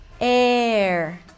air